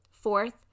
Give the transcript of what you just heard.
Fourth